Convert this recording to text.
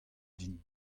din